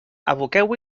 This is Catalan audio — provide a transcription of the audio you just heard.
aboqueu